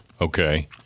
Okay